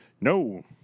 No